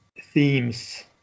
themes